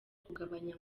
kugabanya